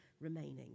remaining